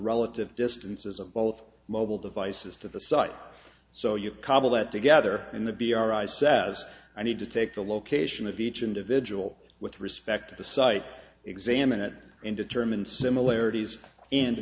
relative distances of both mobile devices to the site so you cobble that together in the b r i's says i need to take the location of each individual with respect to the site examine it and determine